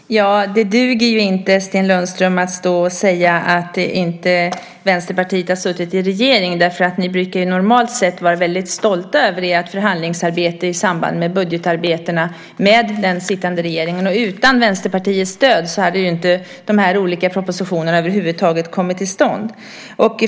Herr talman! Det duger inte, Sten Lundström, att stå och säga att Vänsterpartiet inte har suttit i regeringen. Normalt sett brukar ni ju vara väldigt stolta över ert förhandlingsarbete med den sittande regeringen i samband med budgetarna. Utan Vänsterpartiets stöd hade ju inte de här olika propositionerna över huvud taget kommit till stånd.